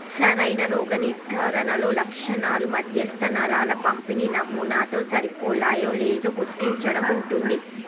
సరైన రోగనిర్ధారణలో లక్షణాలు మధ్యస్థ నరాల పంపిణీ నమూనాతో సరిపోయాయోలేదో గుర్తించడం ఉంటుంది